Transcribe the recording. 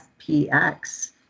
FPX